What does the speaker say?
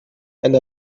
and